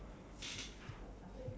door ya